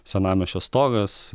senamiesčio stogas